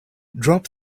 drop